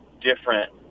different